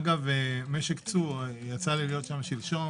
אגב, יצא לי להיות במשק צור שלשום